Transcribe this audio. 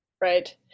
right